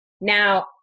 Now